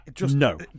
No